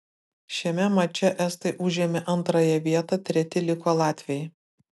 šiame mače estai užėmė antrąją vietą treti liko latviai